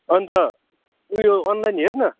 अन्त उयो अनलाइन हेर न